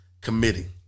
committee